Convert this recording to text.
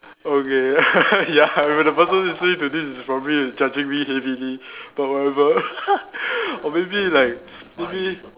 okay ya the person listening to this is probably judging me heavily but whatever or maybe like maybe